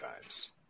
times